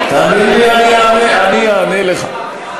תאמין לי, אני אענה לך.